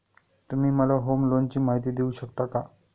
तुम्ही मला होम लोनची माहिती देऊ शकता का?